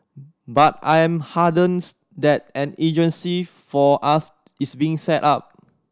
but I'm heartens that an agency for us is being set up